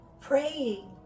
Praying